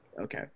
okay